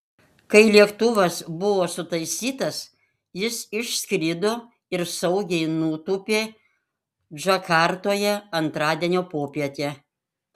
kai lėktuvas buvo sutaisytas jis išskrido ir saugiai nutūpė džakartoje antradienio popietę